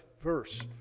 verse